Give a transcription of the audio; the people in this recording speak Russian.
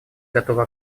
готова